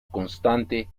constante